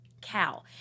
cow